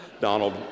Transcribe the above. Donald